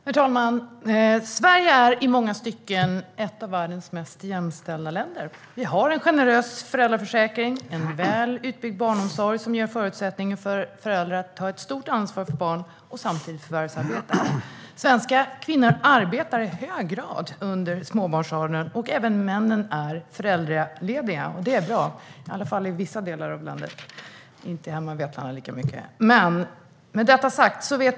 Herr talman! Sverige är i många stycken ett av världens mest jämställda länder. Vi har en generös föräldraförsäkring och en väl utbyggd barnomsorg som ger förutsättningar för föräldrar att ta ett stort ansvar för barn och samtidigt förvärvsarbeta. Svenska kvinnor arbetar i hög grad under småbarnsåren, och även männen är föräldralediga. Det är bra. Det gäller i alla fall i vissa delar av landet - inte lika mycket hemma i Vetlanda.